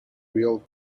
real